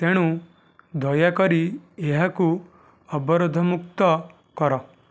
ତେଣୁ ଦୟାକରି ଏହାକୁ ଅବରୋଧ ମୁକ୍ତ କର